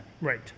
Right